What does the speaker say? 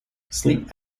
sleep